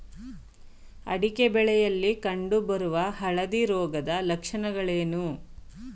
ಅಡಿಕೆ ಬೆಳೆಯಲ್ಲಿ ಕಂಡು ಬರುವ ಹಳದಿ ರೋಗದ ಲಕ್ಷಣಗಳೇನು?